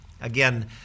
Again